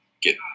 Get